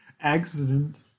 accident